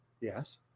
Yes